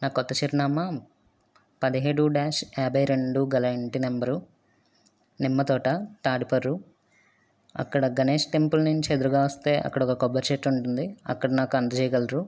నా కొత్త చిరునామా పదిహేడు డాష్ యాభై రెండు గల ఇంటి నంబరు నిమ్మ తోట తాడిపర్రు అక్కడ గణేష్ టెంపుల్ నుంచి ఎదురుగా వస్తే అక్కడ ఒక కొబ్బరి చెట్టు ఉంటుంది అక్కడ నాకు అందచేయగలరు